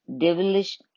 devilish